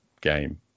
game